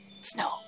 Snow